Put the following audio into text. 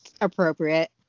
appropriate